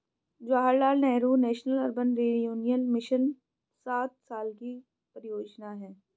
Jawaharlal Nehru National Urban Renewal Mission सात साल की परियोजना है